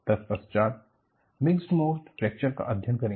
तत्पश्चात mix mode fracture का अध्ययन करेंगे